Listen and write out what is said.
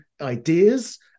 ideas